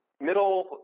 middle